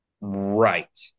Right